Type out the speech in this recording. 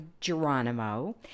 Geronimo